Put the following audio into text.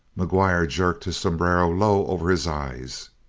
mcguire jerked his sombrero low over his eyes.